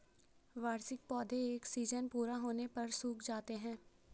वार्षिक पौधे एक सीज़न पूरा होने पर सूख जाते हैं